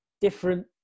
different